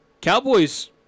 Cowboys